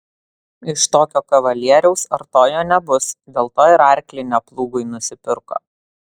iš tokio kavalieriaus artojo nebus dėl to ir arklį ne plūgui nusipirko